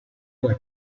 alla